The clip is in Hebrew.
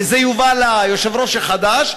וזה יובא ליושב-ראש החדש,